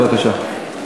בבקשה.